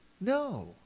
No